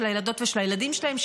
של הילדות ושל הילדים שלהם,